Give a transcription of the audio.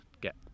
get